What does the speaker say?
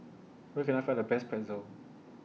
Where Can I Find The Best Pretzel